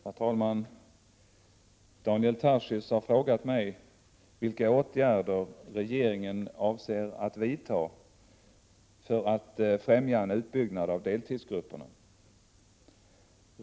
Herr talman! Daniel Tarschys har frågat mig vilka åtgärder regeringen avser att vidta för att främja en utbyggnad av deltidsgrupperna.